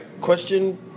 Question